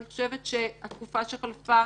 אני חושבת שהתקופה שחלפה